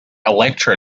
elektra